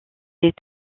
est